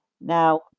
Now